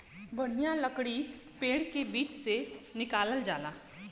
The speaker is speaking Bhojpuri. बढ़िया लकड़ी पेड़ के बीच से निकालल जाला